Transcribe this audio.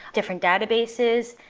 different databases,